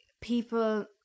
people